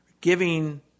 giving